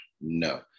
No